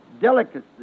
delicacies